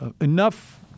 enough